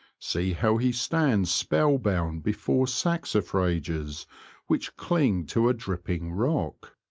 see how he stands spell bound before saxifrages which cling to a dripping rock.